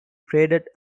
traded